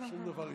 שום דבר אישי.